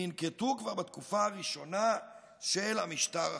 ננקטו כבר בתקופה הראשונה של המשטר החדש.